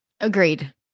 Agreed